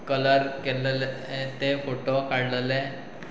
colour केल्लेले ते photo काडलेले